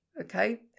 okay